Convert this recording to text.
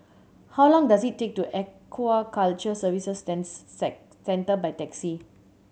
how long does it take to Aquaculture Services Centre by taxi